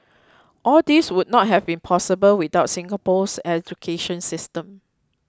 all these would not have been possible without Singapore's education system